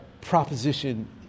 proposition